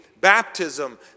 baptism